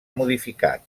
modificat